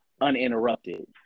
uninterrupted